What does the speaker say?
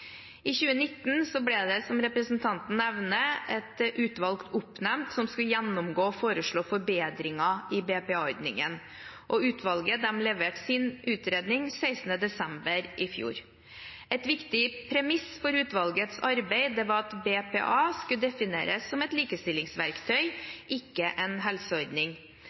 I 2019 ble det, som representanten nevner, oppnevnt et utvalg som skulle gjennomgå og foreslå forbedringer i BPA-ordningen. Utvalget leverte sin utredning 16. desember i fjor. Et viktig premiss for utvalgets arbeid var at BPA skulle defineres som et likestillingsverktøy – ikke en helseordning.